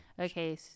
Okay